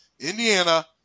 Indiana